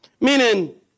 meaning